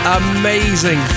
amazing